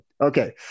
Okay